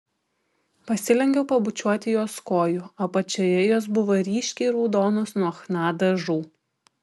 pasilenkiau pabučiuoti jos kojų apačioje jos buvo ryškiai raudonos nuo chna dažų